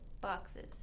boxes